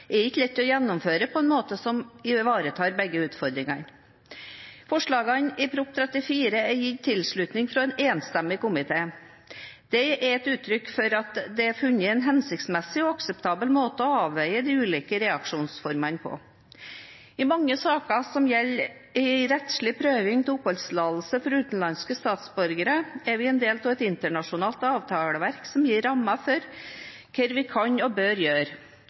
helsevern, er ikke lett å gjennomføre på en måte som ivaretar begge utfordringene. Forslagene i Prop. 34 L for 2014–2015 er gitt tilslutning fra en enstemmig komité. Det er et uttrykk for at det er funnet en hensiktsmessig og akseptabel måte å avveie de ulike reaksjonsformene på. I mange saker som gjelder rettslig prøving av oppholdstillatelse for utenlandske statsborgere, er vi en del av et internasjonalt avtaleverk som gir rammer for hva vi kan og bør gjøre.